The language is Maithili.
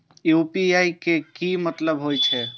यू.पी.आई के की मतलब हे छे?